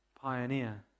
pioneer